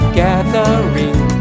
gathering